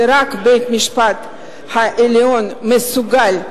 שרק בית-המשפט העליון מסוגל לתקן,